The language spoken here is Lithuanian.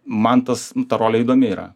man tas ta rolė įdomi yra